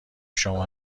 شما